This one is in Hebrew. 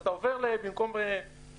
אז אתה עובר במקום ל-1-7,